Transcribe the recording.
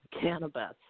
cannabis